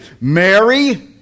Mary